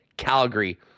Calgary